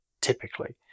typically